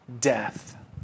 death